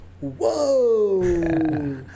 Whoa